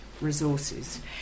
resources